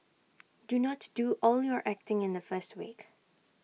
do not do all your acting in the first week